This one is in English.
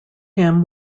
him